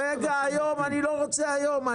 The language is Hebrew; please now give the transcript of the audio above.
אני לא רוצה היום.